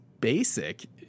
basic